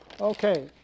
Okay